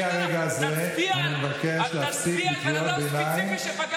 מי שראה פגיעה בחינוך בתנ"ך ולא עשה עם זה שום דבר.